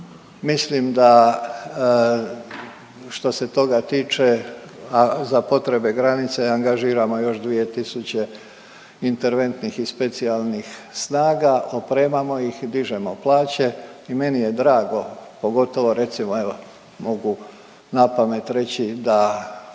Mislim da što se toga tiče, a za potrebe granice angažiramo još 2.000 interventnih i specijalnih snaga, opremamo ih i dižemo plaće i meni je drago, pogotovo recimo evo mogu napamet reći da